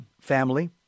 family